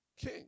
king